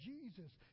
Jesus